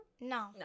No